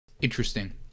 Interesting